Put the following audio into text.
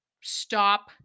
stop